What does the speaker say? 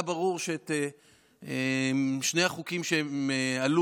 היה ברור ששני החוקים שעלו,